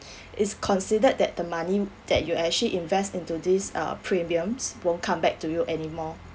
it's considered that the money that you actually invest into these uh premiums won't come back to you anymore